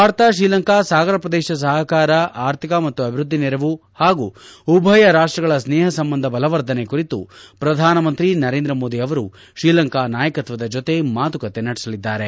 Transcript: ಭಾರತ ಶ್ರೀಲಂಕಾ ಸಾಗರ ಪ್ರದೇಶ ಸಹಕಾರ ಅರ್ಥಿಕ ಮತ್ತು ಅಭಿವೃದ್ಧಿ ನೆರವು ಹಾಗೂ ಉಭಯ ರಾಷ್ಟಗಳ ಸ್ನೇಹ ಸಂಬಂಧ ಬಲವರ್ಧನೆ ಕುರಿತು ಶ್ರಧಾನಮಂತ್ರಿ ನರೇಂದ್ರ ಮೋದಿ ಅವರು ಶ್ರೀಲಂಕಾ ನಾಯಕತ್ವದ ಜೊತೆ ಮಾತುಕತೆ ನಡೆಸಲಿದ್ದಾರೆ